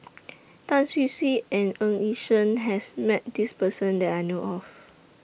Tan Hwee Hwee and Ng Yi Sheng has Met This Person that I know of